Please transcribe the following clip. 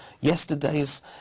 yesterday's